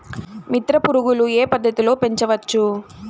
మిత్ర పురుగులు ఏ పద్దతిలో పెంచవచ్చు?